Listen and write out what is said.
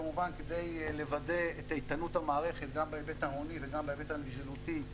כמובן כדי לוודא את איתנות המערכת גם בהיבט ההוני וגם בהיבט הנזילותי,